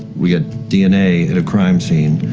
we get dna at a crime scene,